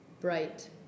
bright